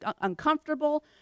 uncomfortable